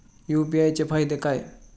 UPI चे फायदे काय?